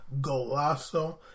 Golasso